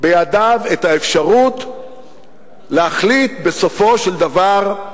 בידיו את האפשרות להחליט, בסופו של דבר,